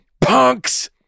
punks